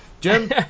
Jim